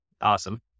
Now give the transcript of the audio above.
Awesome